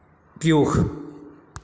Piyush